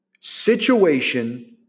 situation